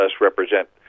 represent